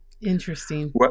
Interesting